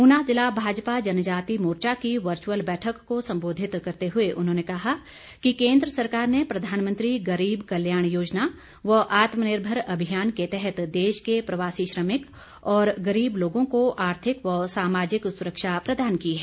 ऊना ज़िला भाजपा जनजाति मोर्चा की वर्चअल बैठक को संबोधित करते हुए उन्होंने कहा कि केंद्र सरकार ने प्रधानमंत्री गरीब कल्याण योजना व आत्मनिर्भर अभियान के तहत देश के प्रवासी श्रमिक और गरीब लोगों को आर्थिक व समाजिक सुरक्षा प्रदान की है